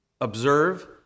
observe